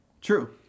True